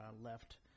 left